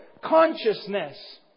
consciousness